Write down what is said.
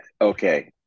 Okay